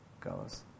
goes